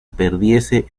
perdiese